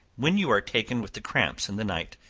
when you are taken with the cramp in the night,